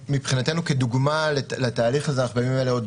מבחינתנו כדוגמה לתהליך הזה אנחנו בימים האלה עוד